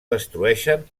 destrueixen